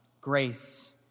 grace